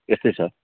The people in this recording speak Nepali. यस्तै छ